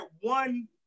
one